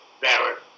Barrett